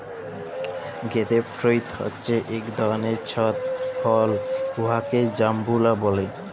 grape fruit হছে ইক ধরলের ছট ফল উয়াকে জাম্বুরা ব্যলে